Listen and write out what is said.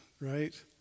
right